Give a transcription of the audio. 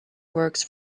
works